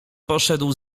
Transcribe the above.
poszedł